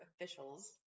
officials